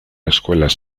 escuelas